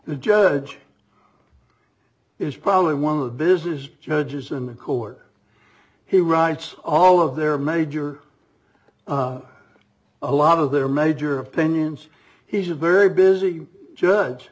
the judge is probably one of the business judges in the court he writes all of their major a lot of their major opinions he's a very busy judge